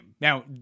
Now